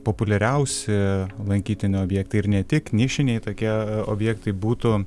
populiariausi lankytini objektai ir ne tik nišiniai tokie objektai būtų